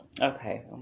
Okay